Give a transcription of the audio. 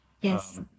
Yes